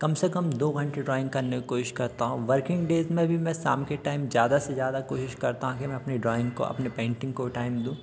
कम से कम दो घंटे ड्राइंग बनाने कि कोशिश करता हूँ वर्किंग डेज में भी मैं शाम के टाइम ज़्यादा से ज़्यादा कोशिश करता हूँ कि मैं अपने ड्राइंग को अपने पेंटिंग को टाइम दूँ